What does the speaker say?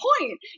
point